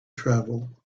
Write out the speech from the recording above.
travel